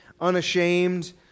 unashamed